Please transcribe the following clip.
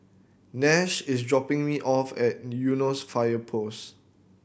Nash is dropping me off at Eunos Fire Post